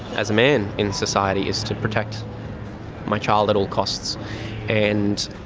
as a man in society, is to protect my child at all costs and